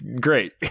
great